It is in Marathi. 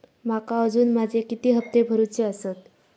माका अजून माझे किती हप्ते भरूचे आसत?